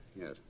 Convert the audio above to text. yes